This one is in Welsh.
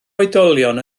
oedolion